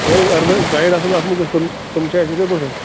وۅنۍ اَگر نہٕ گایِڈ آسَن نہٕ اَتھ منٛز تِم تِم چھا اَسہِ یِتھٕے پٲٹھۍ